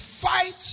fight